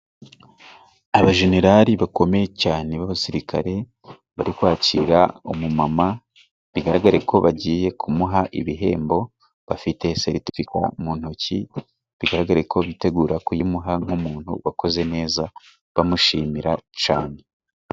Abajenerali bakomeye cyane b'abasirikare bari kwakira umumama, bigaragare ko bagiye kumuha ibihembo, bafite seritifika mu ntoki, bigaraga ko bitegura kuyimuha nk'umuntu wakoze neza, bamushimira cyane.